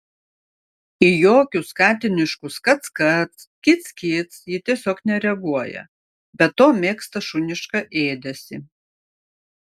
į jokius katiniškus kac kac kic kic ji tiesiog nereaguoja be to mėgsta šunišką ėdesį